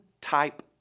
type